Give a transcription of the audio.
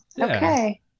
Okay